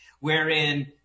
Wherein